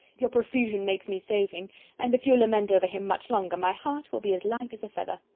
your profusion makes me saving and if you lament over him much longer, my heart will be as light as a feather.